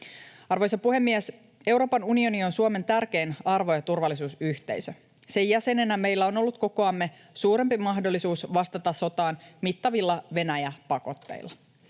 Arvoisa puhemies! Euroopan unioni on Suomen tärkein arvo- ja turvallisuusyhteisö. Sen jäsenenä meillä on ollut kokoamme suurempi mahdollisuus vastata sotaan mittavilla Venäjä-pakotteilla.